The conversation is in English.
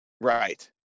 Right